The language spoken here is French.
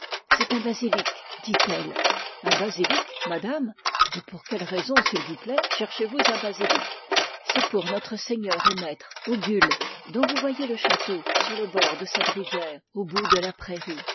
c'est un basilic dit-elle un basilic madame et pour quelle raison s'il vous plaît cherchez-vous un basilic c'est pour notre seigneur et maître ogul dont vous voyez le château sur le bord de cette rivière au bout de la prairie